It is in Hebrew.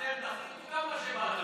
תקראו לו כמה שבא לכם